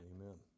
Amen